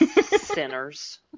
Sinners